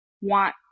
want